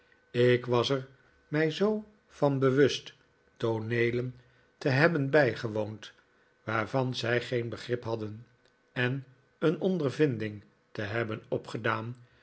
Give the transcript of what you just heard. ik was er mij zoo van bewust tooneelen te hebben bijgewoond waarvan zij geen begrip hadden en een ondervinding te hebben opgedaan